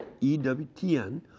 EWTN